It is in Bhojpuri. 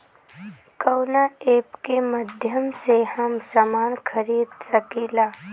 कवना ऐपके माध्यम से हम समान खरीद सकीला?